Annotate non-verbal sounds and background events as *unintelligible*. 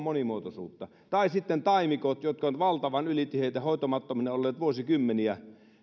*unintelligible* monimuotoisuutta tai sitten taimikot jotka ovat valtavan ylitiheitä hoitamattomina olleet vuosikymmeniä